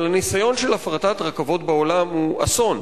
אבל הניסיון של הפרטת רכבות בעולם הוא אסון.